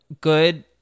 good